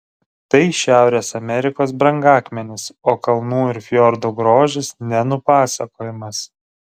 tai šiaurės amerikos brangakmenis o kalnų ir fjordų grožis nenupasakojamas